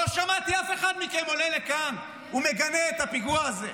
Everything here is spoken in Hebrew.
לא שמעתי אף אחד מכם עולה לכאן ומגנה את הפיגוע הזה,